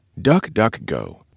DuckDuckGo